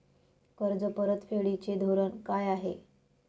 कर्ज परतफेडीचे धोरण काय आहे?